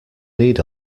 need